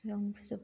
बेयावनो फोजोबबाय